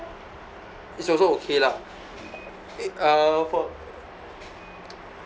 is also okay lah eh uh for